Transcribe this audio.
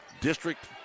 district